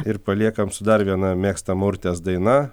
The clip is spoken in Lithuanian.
ir paliekam su dar viena mėgstama urtės daina